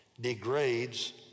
degrades